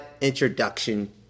introduction